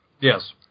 Yes